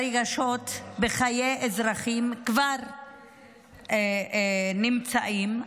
ברגשות, בחיי אזרחים, כבר נמצאות.